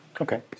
Okay